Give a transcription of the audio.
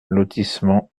lotissement